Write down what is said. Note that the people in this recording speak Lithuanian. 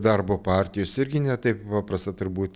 darbo partijos irgi ne taip paprasta turbūt